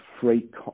freight